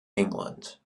england